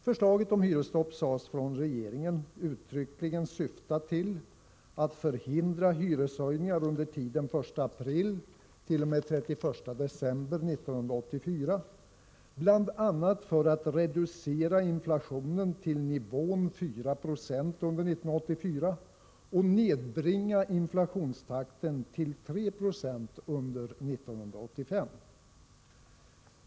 Förslaget om hyresstopp sades från regeringen uttryckligen syfta till att förhindra hyreshöjningar under tiden den 1 april-den 31 december 1984, bl.a. för att reducera inflationen till nivån 4 96 under 1984 och nedbringa inflationstakten till 326 under 1985.